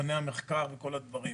מכוני המחקר וכל הדברים.